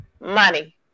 money